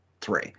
three